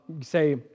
say